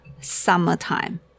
summertime